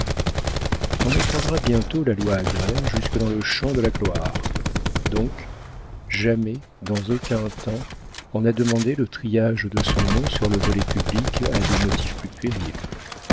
on étendra bientôt la loi agraire jusque dans le champ de la gloire donc jamais dans aucun temps on n'a demandé le triage de son nom sur le volet public à des motifs plus puérils